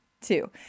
Two